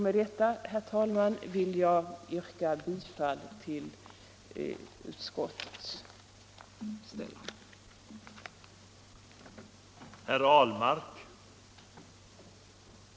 Med detta, herr talman, vill jag yrka bifall till utskottets hemställan.